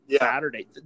Saturday